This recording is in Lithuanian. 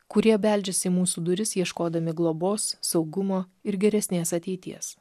kurie beldžiasi į mūsų duris ieškodami globos saugumo ir geresnės ateities